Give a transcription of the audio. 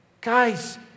Guys